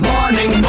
Morning